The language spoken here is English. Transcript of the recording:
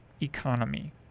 economy